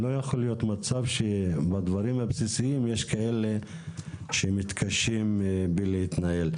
לא יכול להיות מצב שבדברים הבסיסיים יש כאלה שמתקשים בלהתנהל.